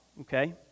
Okay